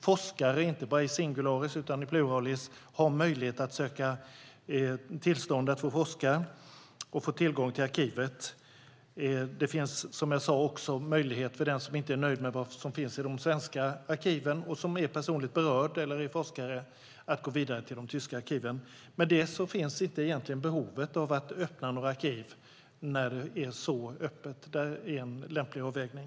Forskare, inte bara i singular utan också i plural, har möjlighet att söka tillstånd för att få forska och få tillgång till arkivet. Det finns, som jag sade, också möjlighet för den som inte är nöjd med vad som finns i de svenska arkiven och som är personligt berörd eller är forskare att gå vidare till de tyska arkiven. I och med det finns egentligen inte behovet av att öppna några arkiv, när det är så öppet. Det här är en lämplig avvägning.